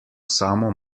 samo